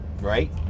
Right